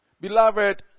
Beloved